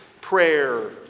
prayer